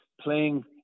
playing